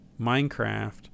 Minecraft